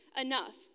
enough